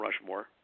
Rushmore